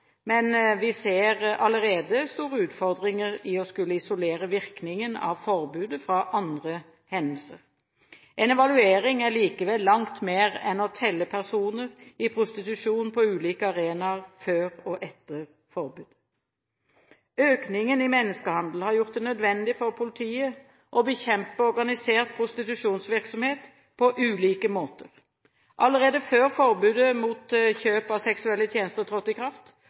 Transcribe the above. men vi ser allerede store utfordringer i å skulle isolere virkningen av forbudet fra andre hendelser. En evaluering er likevel langt mer enn å telle personer i prostitusjon på ulike arenaer før og etter forbudet. Økningen i menneskehandel har gjort det nødvendig for politiet å bekjempe organisert prostitusjonsvirksomhet på ulike måter. Allerede før forbudet mot kjøp av seksuelle tjenester trådte i kraft,